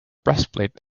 breastplate